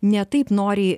ne taip noriai